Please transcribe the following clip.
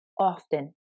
often